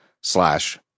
slash